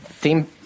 Team